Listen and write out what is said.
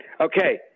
Okay